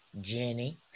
Jenny